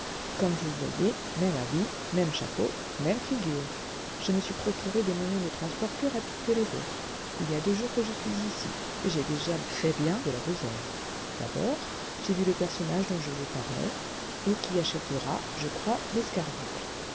noël vous voyez même habit même chapeau même tigure je me suis procuré des moyens de transport plus rapides que les vôtres il y a deux jours que je suis ici et j'ai déjà fait bien de la besogne d'abord j'ai vu le personnage dont je vous parlais et qui achètera je crois